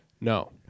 No